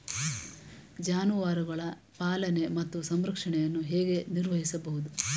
ಜಾನುವಾರುಗಳ ಪಾಲನೆ ಮತ್ತು ಸಂರಕ್ಷಣೆಯನ್ನು ಹೇಗೆ ನಿರ್ವಹಿಸಬಹುದು?